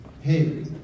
Hey